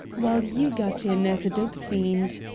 while you got in as a dope fiend.